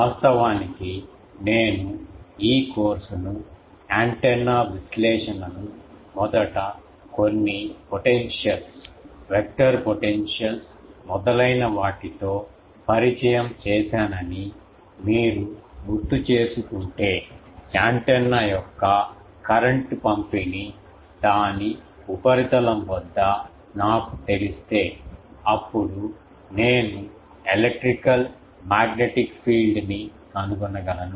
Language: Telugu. వాస్తవానికి నేను ఈ కోర్సును యాంటెన్నా విశ్లేషణను మొదట కొన్ని పొటెన్షియల్స్ వెక్టర్ పొటెన్షియల్స్ మొదలైనవాటితో పరిచయం చేశానని మీరు గుర్తు చేసుకుంటే యాంటెన్నా యొక్క కరెంట్ పంపిణీ దాని ఉపరితలం వద్ద నాకు తెలిస్తే అప్పుడు నేను ఎలక్ట్రికల్ మాగ్నెటిక్ ఫీల్డ్ ని కనుగొనగలను